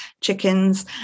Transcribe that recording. chickens